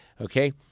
okay